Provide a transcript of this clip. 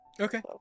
Okay